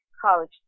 college